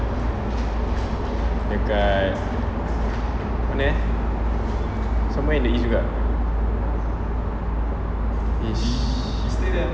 dekat mana eh somewhere in the east juga